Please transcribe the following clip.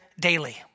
daily